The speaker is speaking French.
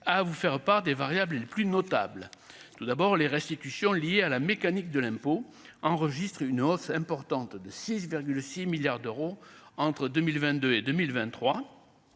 à vous faire part des variables les plus notable, tout d'abord les restitutions liée à la mécanique de l'impôt enregistre une hausse importante de 6,6 milliards d'euros entre 2000 22 et 2023